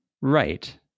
right